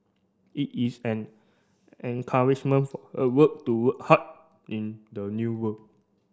it is an encouragement work hard in the new work